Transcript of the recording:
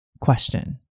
question